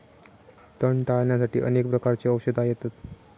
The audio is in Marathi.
तण टाळ्याण्यासाठी अनेक प्रकारची औषधा येतत